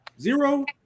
Zero